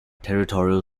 territorial